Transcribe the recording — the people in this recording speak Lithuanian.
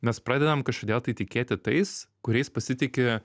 mes pradedam kažkodėl tai tikėti tais kuriais pasitiki